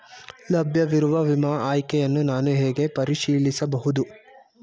ಲಭ್ಯವಿರುವ ವಿಮಾ ಆಯ್ಕೆಗಳನ್ನು ನಾನು ಹೇಗೆ ಪರಿಶೀಲಿಸಬಹುದು?